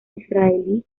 israelí